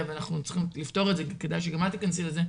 ואנחנו צריכים לפתור את זה וכדאי שגם את תיכנסי לזה,